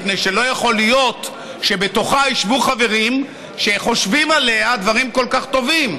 מפני שלא יכול להיות שבתוכה ישבו חברים שחושבים עליה דברים כל כך טובים.